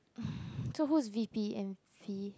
so who's V_P and P